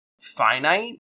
finite